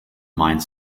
mine